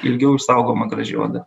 ilgiau išsaugoma graži oda